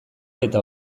eta